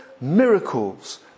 miracles